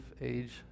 age